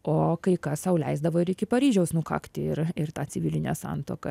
o kai kas sau leisdavo ir iki paryžiaus nukakti ir ir ta civilinė santuoka